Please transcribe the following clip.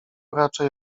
raczej